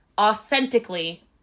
authentically